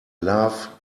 love